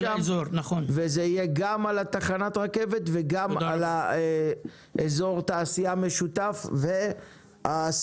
זה יהיה גם על תחנת הרכבת וגם על אזור התעשייה המשותף והסינרגיה